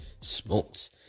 smokes